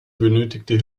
benötigte